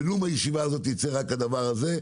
ולו מהישיבה הזאת יצא רק הדבר הזה,